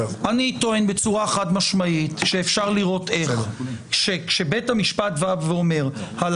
אני טוען בצורה חד-משמעית שאפשר לראות איך כשבית המשפט בא ואומר: על